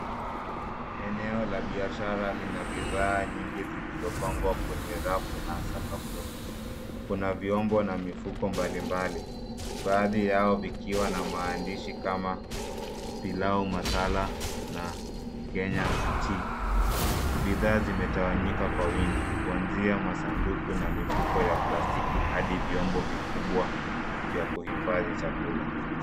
Eneo la biashara lina bidhaa nyingi zilizopangwa kwenye rafu na sakafuni kuna vyombo na mifuko mbalimbali baadhi yao vikiwa na maandishi kama pilau masala na Kenya tea . Bidhaa zimetawanyika kwa wingi kuanzia masanduku na mifuko ya plastiki hadi vyombo vikubwa vya kuhifadhi chakula.